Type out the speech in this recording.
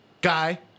guy